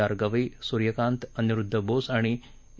R Gavai Suryakant Aniruddha Bose आणि ए